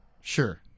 sure